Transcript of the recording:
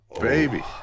baby